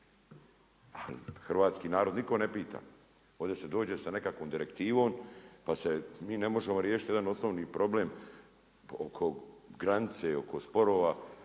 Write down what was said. Hrvatski narod nitko ne pita. Ovdje se dođe sa nekakvom direktivom, pa se mi ne možemo riješiti jedan osnovni problem oko granice, oko sporazuma,